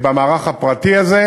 במערך הפרטי הזה,